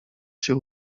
się